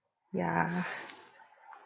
yeah